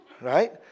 right